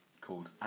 called